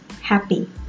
happy